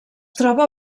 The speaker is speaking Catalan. troba